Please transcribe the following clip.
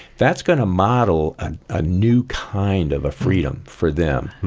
that's going to model and a new kind of a freedom for them,